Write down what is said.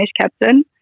captain